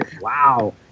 Wow